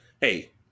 hey